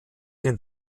den